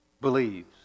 Believes